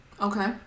Okay